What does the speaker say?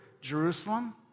Jerusalem